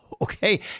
Okay